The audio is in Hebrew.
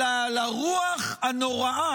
אלא על הרוח הנוראה